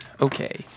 Okay